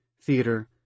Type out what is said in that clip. theater